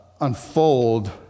unfold